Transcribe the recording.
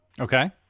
Okay